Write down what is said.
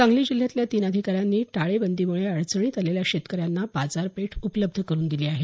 सांगली जिल्ह्यातील तीन अधिकाऱ्यांनी टाळेबंदीमुळे अडचणीत आलेल्या शेतकऱ्यांना बाजारपेठ उपलब्ध करून दिली आहे